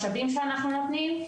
משאבים שאנחנו נותנים,